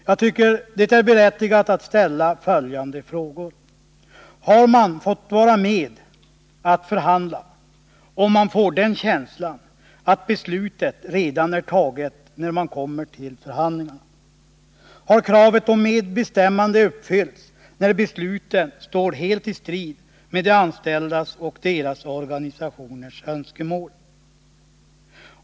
Jag tycker det är berättigat att ställa följande frågor: Har man fått vara med och förhandla, om man får den känslan att beslutet redan är fattat när man kommer till förhandlingarna? Har kravet på medbestämmande uppfyllts när besluten står helt i strid med de anställdas och deras organisationers önskemål?